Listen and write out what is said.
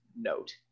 note